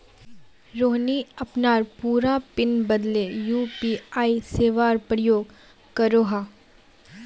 रोहिणी अपनार पूरा पिन बदले यू.पी.आई सेवार प्रयोग करोह